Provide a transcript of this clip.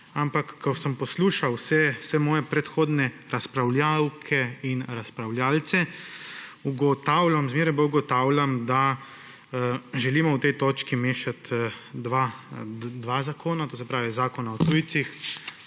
Ampak, ko sem poslušal vse svoje predhodne razpravljavke in razpravljavce, zmeraj bolj ugotavljam, da želimo v tej toči mešati dva zakona; to se pravi, Zakon o tujcih